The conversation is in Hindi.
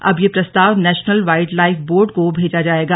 अब यह प्रस्ताव नेशनल वाइल्ड लाइफ बोर्ड को भेजा जाएगा